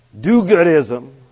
do-goodism